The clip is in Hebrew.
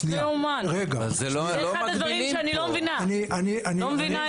זה אחד הדברים שאני לא מבינה, לא מבינה את זה.